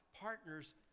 partners